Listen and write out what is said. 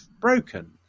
broken